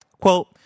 Quote